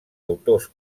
autors